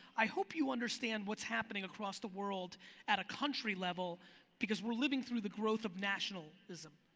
i hope you understand what's happening across the world at a country level because we're living through the growth of nationalism,